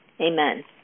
Amen